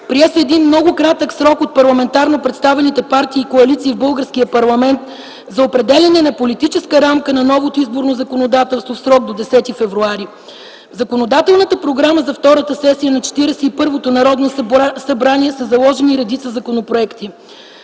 Приет е един много кратък срок от парламентарно представените партии и коалиции в българския парламент за определяне на политическа рамка на новото изборно законодателство в срок до 10 февруари 2010 г. В законодателната програма за втората сесия на 41-то Народно събрание са заложени редица законопроекти: